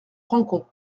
rancon